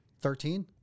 Thirteen